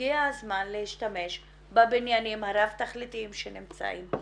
הגיע הזמן להשתמש בבניינים הרב תכליתיים שנמצאים.